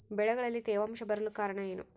ಬೆಳೆಗಳಲ್ಲಿ ತೇವಾಂಶ ಬರಲು ಕಾರಣ ಏನು?